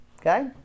Okay